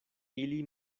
ili